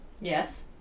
Yes